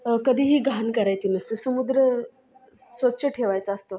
कधीही घाण करायचे नसतं समुद्र स्वच्छ ठेवायचा असतो